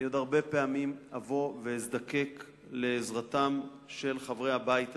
אני עוד הרבה פעמים אבוא ואזדקק לעזרתם של חברי הבית הזה,